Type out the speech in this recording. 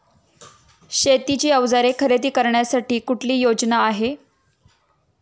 शेतीची अवजारे खरेदी करण्यासाठी कुठली योजना आहे?